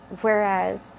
whereas